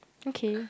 okay